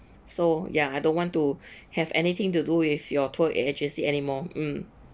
so ya I don't want to have anything to do with your tour agency anymore mm